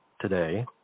today